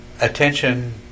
attention